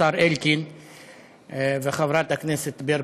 השר אלקין וחברת הכנסת ברקו,